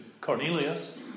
Cornelius